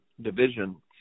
division